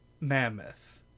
mammoth